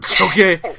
Okay